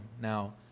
Now